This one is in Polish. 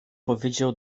powiedział